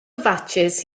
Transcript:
fatsis